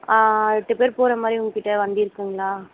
எட்டு பேர் போகிற மாதிரி உங்கள்கிட்ட வண்டி இருக்குங்களா